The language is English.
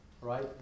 Right